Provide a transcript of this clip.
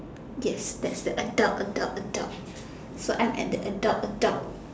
yes that's the adult adult adult so I'm at the adult adult